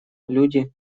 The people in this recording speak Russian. люди